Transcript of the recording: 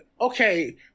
okay